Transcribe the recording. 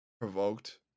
provoked